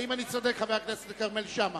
האם אני צודק, חבר הכנסת כרמל שאמה?